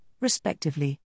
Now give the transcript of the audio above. respectively